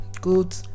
good